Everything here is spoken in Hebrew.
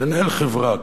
לנהל חברה,